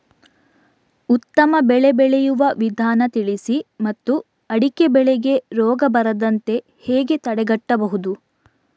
ಉತ್ತಮ ಬೆಳೆ ಬೆಳೆಯುವ ವಿಧಾನ ತಿಳಿಸಿ ಮತ್ತು ಅಡಿಕೆ ಬೆಳೆಗೆ ರೋಗ ಬರದಂತೆ ಹೇಗೆ ತಡೆಗಟ್ಟಬಹುದು?